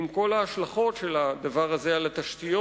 עם כל ההשלכות של הדבר הזה על התשתיות.